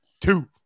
Two